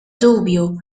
dubju